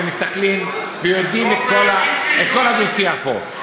ומסתכלים ויודעים את כל הדו-שיח פה.